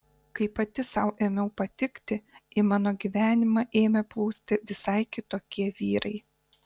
kai pati sau ėmiau patikti į mano gyvenimą ėmė plūsti visai kitokie vyrai